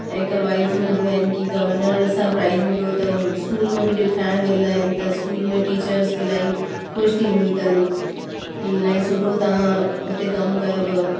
हिकु वाइब्स मिलदियूं आहिनि की गवर्नर सां प्राइज मिलियो त इस्कूल में बि ॾिखाइण वेंदा आहिनि त इस्कूल में टीचर्स बि इलाही ख़ुशि थींदियूं अथन की इलाही सुठो था उते कम कयोव